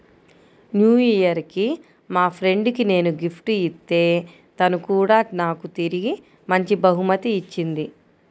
new year కి మా friend కి నేను గిఫ్ట్ ఇత్తే తను కూడా నాకు తిరిగి మంచి బహుమతి ఇచ్చింది